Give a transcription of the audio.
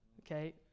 okay